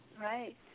Right